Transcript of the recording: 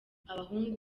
abahungu